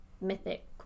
mythic